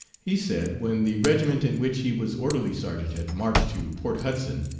he said when the regiment in which he was orderly sergeant had marched to port hudson,